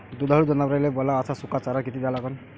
दुधाळू जनावराइले वला अस सुका चारा किती द्या लागन?